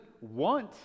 want